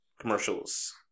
commercials